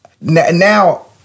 Now